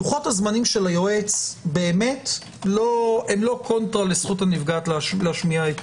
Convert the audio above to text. לוחות הזמנים של היועץ הן לא קונטרה לזכות הנפגעת להשמיע.